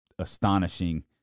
astonishing